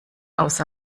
aus